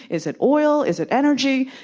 is it oil, is it energy?